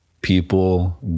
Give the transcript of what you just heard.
people